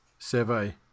Seve